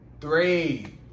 Three